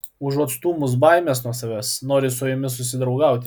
užuot stūmus baimes nuo savęs nori su jomis susidraugauti